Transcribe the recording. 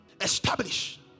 establish